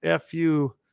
fu